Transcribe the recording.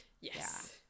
Yes